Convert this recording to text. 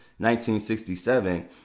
1967